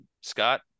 scott